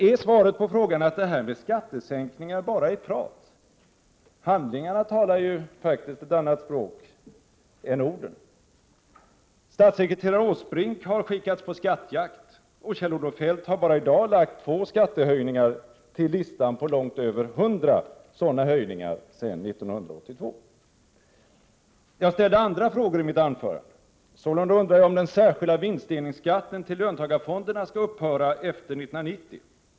Är svaret på frågan att det här med skattesänkningar bara är tal? Handlingarna talar ju faktiskt ett annat språk än orden. Statssekreterare Åsbrink har skickats på skattjakt. Kjell-Olof Feldt har bara i dag lagt två skattehöjningar till listan på långt över 100 sådana höjningar sedan 1982. Jag ställde även andra frågor i mitt anförande. Sålunda undrade jag om den särskilda vinstdelningsskatten till löntagarfonderna skall upphöra efter 1990.